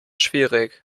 schwierig